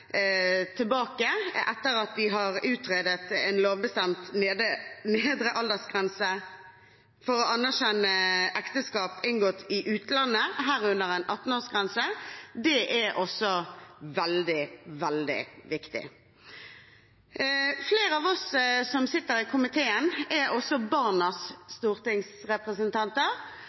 tilbake, etter at de har utredet en lovbestemt nedre aldersgrense for å anerkjenne ekteskap inngått i utlandet, herunder en 18-årsgrense, er også veldig, veldig viktig. Flere av oss som sitter i komiteen, er også Barnas